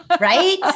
Right